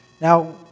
Now